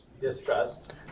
Distrust